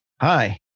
hi